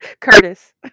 Curtis